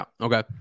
Okay